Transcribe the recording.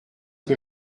que